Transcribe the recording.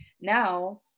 Now